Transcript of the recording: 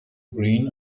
green